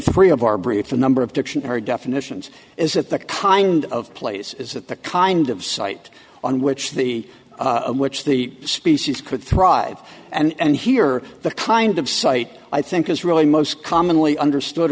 three of our brief a number of dictionary definitions is that the kind of place is that the kind of site on which the which the species could thrive and here the kind of site i think is really most commonly understood